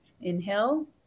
Inhale